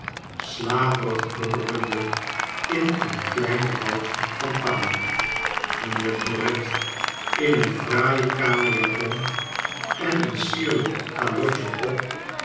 slaperig dobberende in een klein woud van palen mijnheer dorrit in een fraaie kamerjapon en een sierlijk calotje op